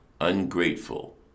ungrateful